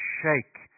shake